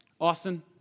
Austin